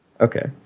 Okay